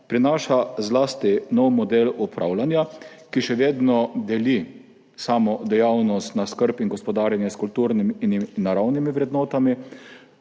Prinaša zlasti nov model upravljanja, ki še vedno deli samo dejavnost na skrb in gospodarjenje s kulturnimi in naravnimi vrednotami.